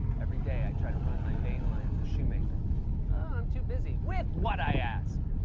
every day i try to run my bane lines with shoemaker. oh, i'm too busy. with what? i ask.